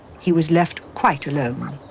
he was left quite alone.